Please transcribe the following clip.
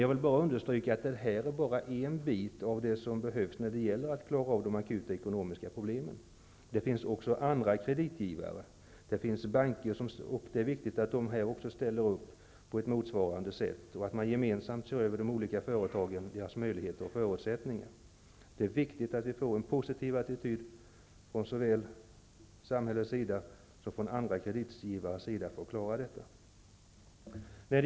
Jag vill understryka att det här är bara en del av vad som behövs när det gäller att klara av de akuta ekonomiska problemen -- det finns också andra kreditgivare, och det är viktigt att också de ställer upp på motsvarande sätt och att man gemensamt ser över de olika företagen, deras möjligheter och förutsättningar. Det är viktigt att vi får till stånd en positiv attityd från såväl samhällets sida som från andra kreditgivares sida för att klara detta.